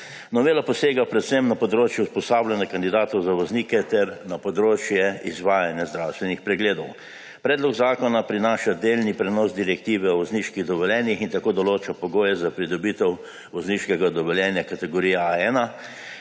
Novela posega predvsem na področje usposabljanja kandidatov za voznike ter na področje izvajanja zdravstvenih pregledov. Predlog zakona prinaša delni prenos direktive o vozniških dovoljenjih in tako določa pogoje za pridobitev vozniškega dovoljenja kategorij A1,